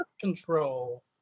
control